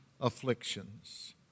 afflictions